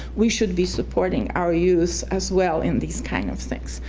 we should be supporting our youth as well in these kind of things.